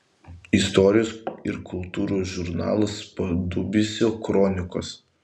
istorijos ir kultūros žurnalas padubysio kronikos